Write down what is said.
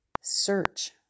search